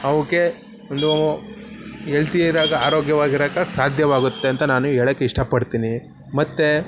ಅವುಕ್ಕೆ ಒಂದೂ ಎಲ್ತಿ ಇರೋಕೆ ಆರೋಗ್ಯವಾಗಿರೋಕೆ ಸಾಧ್ಯವಾಗುತ್ತೆ ಅಂತ ನಾನು ಹೇಳೋಕೆ ಇಷ್ಟಪಡ್ತೀನಿ ಮತ್ತು